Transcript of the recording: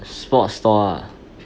sports store